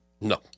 No